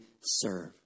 serve